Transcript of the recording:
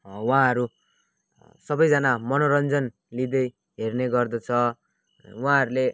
उहाँहरू सबैजना मनोरञ्जन लिँदै हेर्ने गर्दछ उहाँहरूले